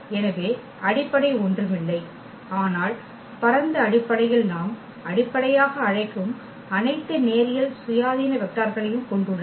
எனவே அடிப்படை ஒன்றுமில்லை ஆனால் பரந்த அடிப்படையில் நாம் அடிப்படையாக அழைக்கும் அனைத்து நேரியல் சுயாதீன வெக்டார்களையும் கொண்டுள்ளது